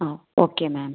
ആ ഓക്കെ മാം